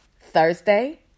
thursday